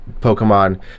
Pokemon